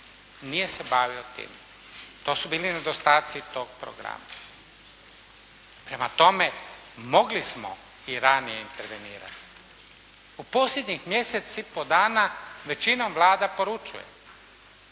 Nije se bavio time. To su bili nedostaci tog programa. Prema tome mogli smo i ranije intervenirati. U posljednjih mjesec i po dana većinom Vlada poručuje